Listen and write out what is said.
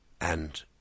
And